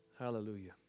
Hallelujah